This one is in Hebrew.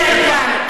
לא, הנה, אני כאן.